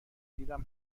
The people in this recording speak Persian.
دیدم